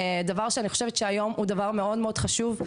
דבר שאני חושבת שהיום הוא דבר מאוד מאוד חשוב.